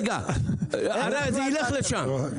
רגע, זה ילך לשם.